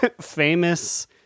famous